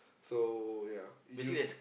so ya you